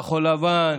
כחול לבן,